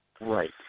Right